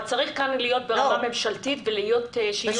אבל צריך כאן להיות ברמה הממשלתית ושיהיו משאבים.